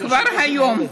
כבר היום,